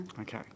Okay